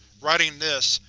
writing this,